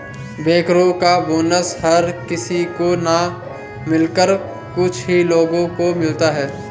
बैंकरो का बोनस हर किसी को न मिलकर कुछ ही लोगो को मिलता है